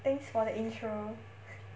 thanks for the intro